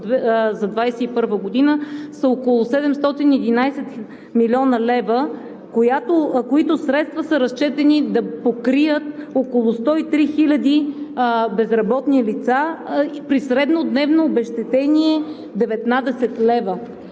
за 2021 г. е около 711 млн. лв., които средства са разчетени да покрият около 103 хиляди безработни лица при среднодневно обезщетение 19 лв.